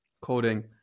coding